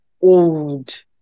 old